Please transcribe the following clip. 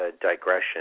Digression